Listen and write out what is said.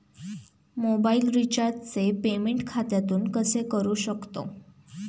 Mobile रिचार्जचे payment खात्यातून कसे करू शकतो?